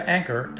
Anchor